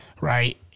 right